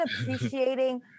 appreciating